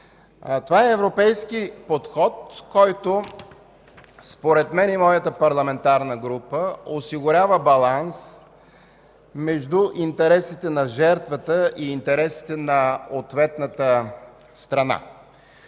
Това е европейски подход, който според мен и моята парламентарна група осигурява баланс между интересите на жертвата и интересите на ответната страна.